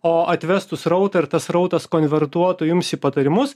o atvestų srautą ir tas srautas konvertuotų jums į patarimus